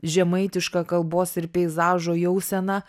žemaitiška kalbos ir peizažo jausena